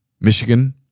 Michigan